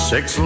Six